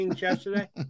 yesterday